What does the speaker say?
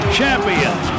champions